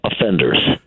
offenders